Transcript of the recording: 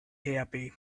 happy